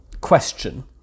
question